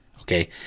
Okay